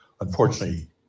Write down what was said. Unfortunately